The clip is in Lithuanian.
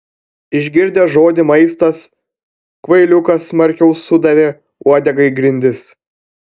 išgirdęs žodį maistas kvailiukas smarkiau sudavė uodega į grindis